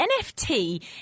NFT